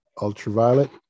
ultraviolet